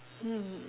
hmm